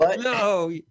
No